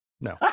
no